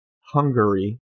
Hungary